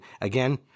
again